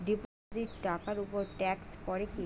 Deposit টাকার উপর tax পড়ে কি?